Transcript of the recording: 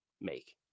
make